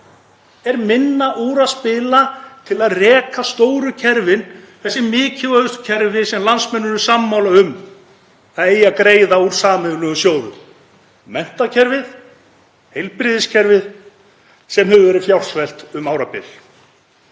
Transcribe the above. er minna úr að spila til að reka stóru kerfin, þessi mikilvægustu kerfi sem landsmenn eru sammála um að eigi að greiða úr sameiginlegum sjóðum, menntakerfið, heilbrigðiskerfið sem hefur verið fjársvelt um árabil.